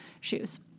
shoes